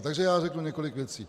Takže řeknu několik věcí.